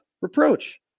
reproach